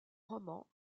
roman